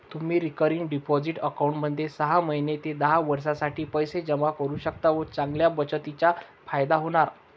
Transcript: तुम्ही recurring deposit अकाउंटमध्ये सहा महिने ते दहा वर्षांसाठी पैसे जमा करू शकता व चांगल्या बचतीचा फायदा होणार